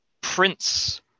prince